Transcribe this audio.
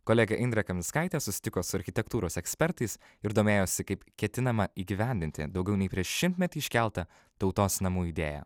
kolegė indrė kaminskaitė susitiko su architektūros ekspertais ir domėjosi kaip ketinama įgyvendinti daugiau nei prieš šimtmetį iškeltą tautos namų idėją